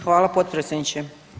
Hvala potpredsjedniče.